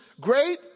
great